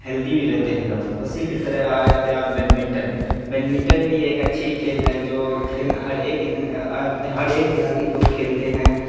healthy بھی رہتے ہیں لوگ اسی کی طرح آ جاتے ہیں آپ بیڈ منٹن بیڈ منٹن بھی ایک اچھی کھیل ہے جو کھیلنا ہر ایک ہر ایک دیہاتی لوگ کھیلتے ہیں